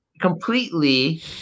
completely